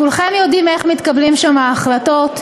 כולכם יודעים איך מתקבלות שם ההחלטות,